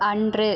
அன்று